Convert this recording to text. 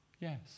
Yes